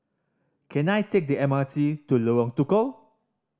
can I take the M R T to Lorong Tukol